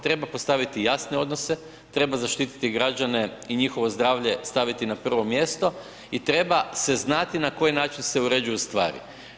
Treba postaviti jasne odnose, treba zaštititi građane i njihovo zdravlje staviti na prvo mjesto i treba se znati na koji način se uređuju stvari.